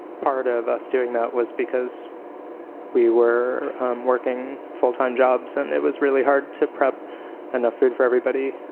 part of us doing that was because we were working full-time jobs and it was really hard to prep enough food for everybody,